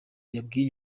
yabwiye